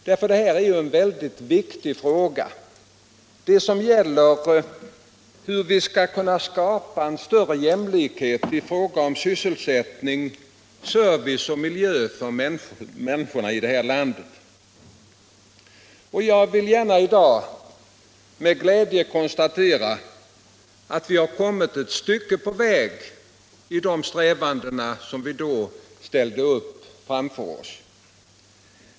Detta är ju en väldigt viktig fråga som gäller huf vi skall kunna skapa större jämlikhet i fråga om sysselsättning, service och miljö för människorna i det här landet. å Jag vill i dag med glädje konstatera att vi har kommit ett stycke på 171 väg i strävandena mot de mål som vi då ställde upp framför oss.